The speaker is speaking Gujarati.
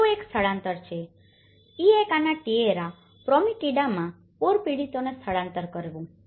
છેલ્લું એક સ્થળાંતર છે ઇએકાના ટિએરા પ્રોમિટિડામાં પૂર પીડિતોને સ્થળાંતર કરવું